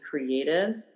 creatives